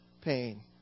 pain